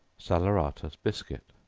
salaeratus biscuit.